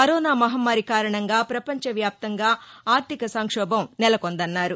corona మహమ్మారి కారణంగా ప్రపంచ వ్యాప్తంగా ఆర్దిక సంక్షోభం నెలకొందన్నారు